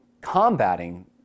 combating